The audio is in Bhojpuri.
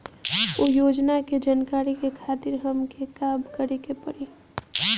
उ योजना के जानकारी के खातिर हमके का करे के पड़ी?